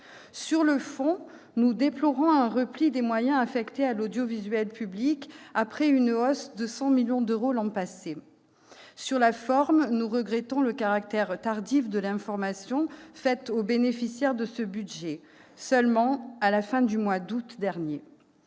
Sur le fond, nous déplorons un repli des moyens affectés à l'audiovisuel public, après une hausse de 100 millions d'euros l'an passé. Sur la forme, nous regrettons le caractère tardif de l'information faite aux bénéficiaires de ce budget- seulement à la fin du mois d'août dernier.